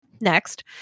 Next